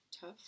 tough